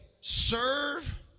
serve